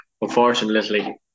Unfortunately